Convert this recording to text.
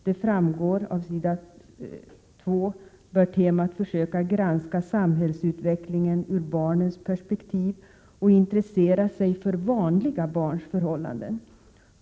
Som framgår av s 2 bör temat försöka granska samhällsutvecklingen ur barnens perspektiv och intressera sig för vanliga barns förhållanden.